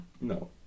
No